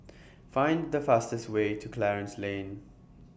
Find The fastest Way to Clarence Lane